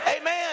Amen